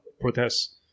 protests